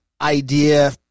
idea